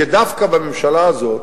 כי דווקא בממשלה הזאת,